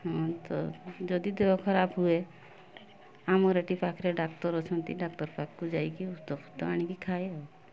ହଁ ତ ଯଦି ଦେହ ଖରାପ ହୁଏ ଆମର ଏଠି ପାଖରେ ଡାକ୍ତର ଅଛନ୍ତି ଡାକ୍ତର ପାଖକୁ ଯାଇକି ଔଷଧ ଫୈଷଧ ଆଣିକି ଖାଏ ଆଉ